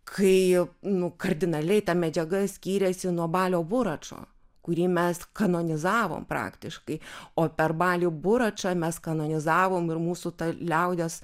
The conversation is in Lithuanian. kai nu kardinaliai ta medžiaga skyrėsi nuo balio buračo kurį mes kanonizavom praktiškai o per balį buračą mes kanonizavom ir mūsų liaudies